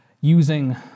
using